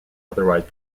otherwise